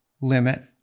limit